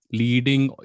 leading